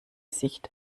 sicht